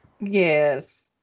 Yes